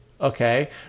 Okay